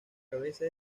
cabeza